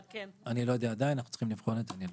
עדיין לא יודע, אנחנו צריכים לבחון את זה ונראה.